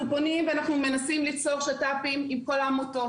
אנחנו פונים ואנחנו מנסים ליצור שת"פים עם כל העמותות.